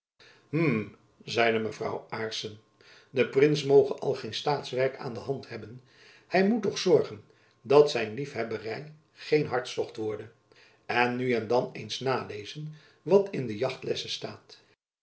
zeide mevrouw aarssen de prins moge al geen staatswerk aan de hand hebben hy moet toch zorgen dat zijn lief hebbery geen hartstocht worde jacob van lennep elizabeth musch en nu en dan eens nalezen wat in de jachtlesse staat